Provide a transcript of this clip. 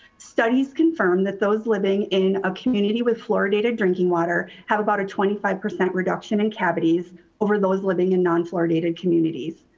studies confirm that those living in a community with fluoridate drinking water have about a twenty five percent reduction in cavities over those living in non fluoridated communities.